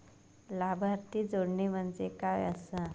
लाभार्थी जोडणे म्हणजे काय आसा?